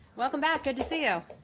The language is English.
welcome back. good to see you.